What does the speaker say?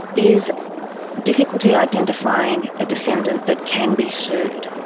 is difficulty identifying a defendant that can be sued.